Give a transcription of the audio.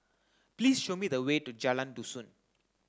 please show me the way to Jalan Dusun